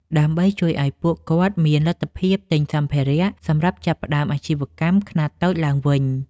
ដើម្បីជួយឱ្យពួកគាត់មានលទ្ធភាពទិញសម្ភារៈសម្រាប់ចាប់ផ្ដើមអាជីវកម្មខ្នាតតូចឡើងវិញ។